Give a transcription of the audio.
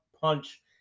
punch